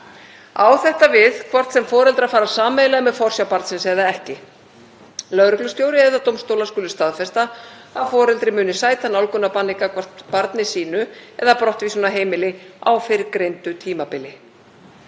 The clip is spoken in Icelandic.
Á þetta við hvort sem foreldrar fara sameiginlega með forsjá barnsins eða ekki. Lögreglustjóri eða dómstólar skulu staðfesta að foreldri muni sæta nálgunarbanni gagnvart barni sínu eða brottvísun af heimili á fyrrgreindu tímabili.